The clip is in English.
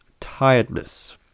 tiredness